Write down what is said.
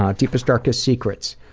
ah deepest, darkest secrets,